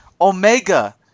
Omega